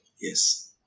Yes